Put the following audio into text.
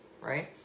Right